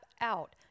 out